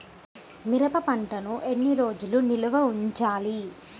మిరప పంటను ఎన్ని రోజులు నిల్వ ఉంచాలి?